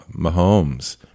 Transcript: Mahomes